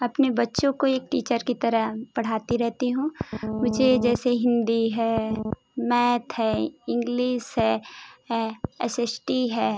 अपने बच्चों को एक टीचर की तरह पढ़ाती रहती हूँ मुझे जैसे हिन्दी है मैथ है इंग्लिस है है एस एस टी है